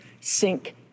sink